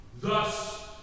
Thus